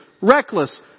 reckless